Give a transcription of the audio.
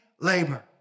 labor